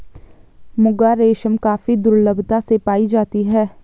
मुगा रेशम काफी दुर्लभता से पाई जाती है